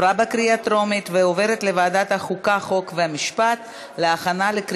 לוועדת החוקה, חוק ומשפט נתקבלה.